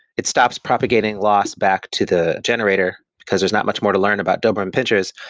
it stops propagating loss back to the generator, because there's not much more to learn about doberman pinschers,